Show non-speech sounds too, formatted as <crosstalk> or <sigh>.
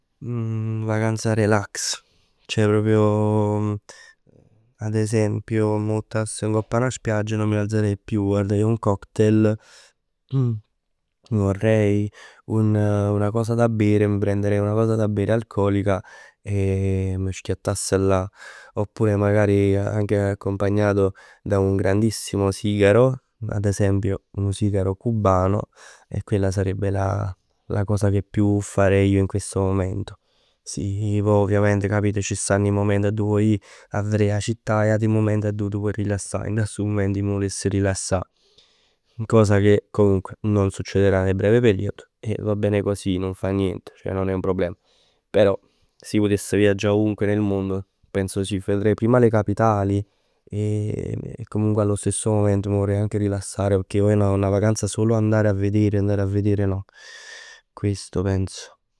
<hesitation> Vacanza relax, ceh proprio, <hesitation> ad esempio, m' vuttass ngopp 'a 'na spiaggia e non mi alzerei più. Avrei un cocktail, vorrei un- una cosa da bere. Mi prenderei una cosa da bere alcolica e m' schiattass là. Oppure magari anche accompagnato da un grandissimo sigaro. Ad esempio un sigaro cubano. E quella sarebbe la cosa che più farei io in questo momento. Si pò ovviamente c' stann 'e mument arò vuò ji a verè 'a città e ati mument addo t' vuò rilassà. Dint 'a stu mument ij mi vuless rilassà. Cosa che comunque non succederà nel breve periodo e va bene così, non fa niente. Ceh non è un problema. Però si putess viaggià ovunque nel mondo penso, sì, vedrei prima le capitali e <hesitation> comunque allo stesso mument mi vorrei anche rilassare, pecchè poi una vacanza solo andare a vedere, andare a vedere no. Questo penso.